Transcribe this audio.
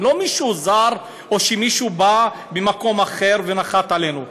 הם לא מישהו זר או מישהו שבא ממקום אחר ונחת עלינו.